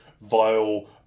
Vile